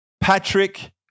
Patrick